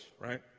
right